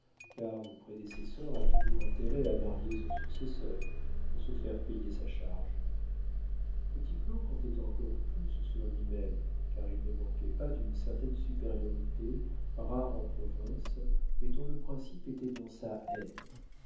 car le prédécesseur a toujours intérêt à marier son successeur pour se faire payer sa charge petit claud comptait encore plus sur lui-même car il ne manquait pas d'une certaine supériorité rare en province mais dont le principe était dans sa haine